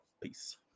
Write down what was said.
Peace